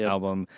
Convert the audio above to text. Album